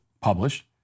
published